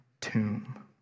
tomb